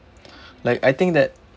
like I think that